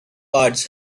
yards